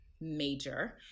major